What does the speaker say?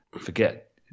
Forget